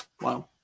Wow